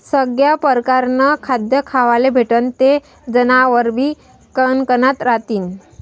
सगया परकारनं खाद्य खावाले भेटनं ते जनावरेबी कनकनात रहातीन